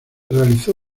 realizó